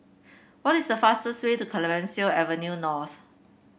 what is the fastest way to Clemenceau Avenue North